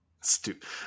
Stupid